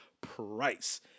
price